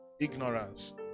ignorance